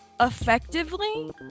effectively